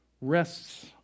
rests